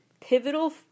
pivotal